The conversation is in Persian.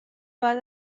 باید